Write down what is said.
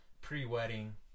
pre-wedding